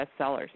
bestsellers